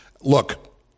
look